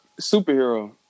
superhero